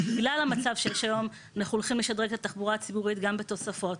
בגלל המצב שיש היום אנחנו הולכים לשדרג את התחבורה הציבורית גם בתוספות,